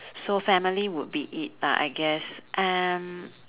so family would be it lah I guess um